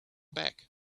back